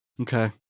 Okay